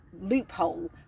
loophole